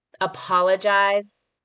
apologize